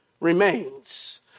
remains